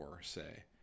say